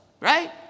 right